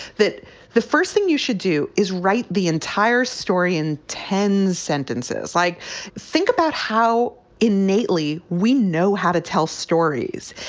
that the first thing you should do is write the entire story in ten sentences, like think about how innately we know how to tell stories.